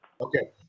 Okay